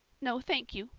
no, thank you,